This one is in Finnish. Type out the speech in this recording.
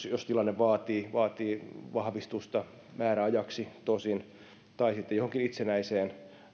jos tilanne vaatii vaatii vahvistusta määräajaksi tosin tai sitten johonkin itsenäiseen